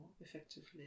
effectively